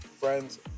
Friends